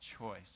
choice